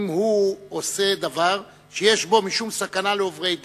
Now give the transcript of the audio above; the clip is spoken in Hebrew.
אם הוא עושה דבר שיש בו משום סכנה לעוברי דרך.